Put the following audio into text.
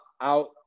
out